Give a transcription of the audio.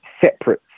separate